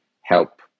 help